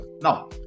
Now